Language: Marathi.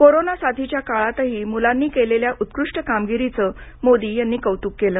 कोरोना साथीच्या काळातही मुलांनी केलेल्या उत्कृष्ट कामगिरीचं मोदी यांनी कौतुक केलं